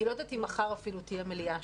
אני לא יודעת אם מחר אפילו תהיה מליאה,